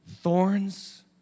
thorns